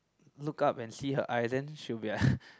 look up and see her eyes then she'll be like